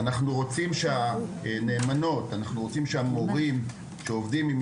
אנחנו רוצים שהנאמנות ואנחנו רוצים שהמורים שעובדים באופן